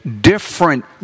different